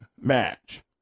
match